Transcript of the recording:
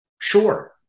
Sure